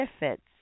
benefits